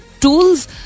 tools